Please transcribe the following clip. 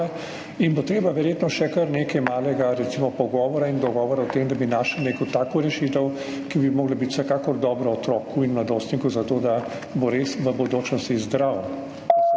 Treba bo verjetno še kar nekaj malega pogovora in dogovora o tem, da bi našli neko tako rešitev, ki bi morala biti vsekakor dobro otroku in mladostniku zato, da bo res v bodočnosti zdrav,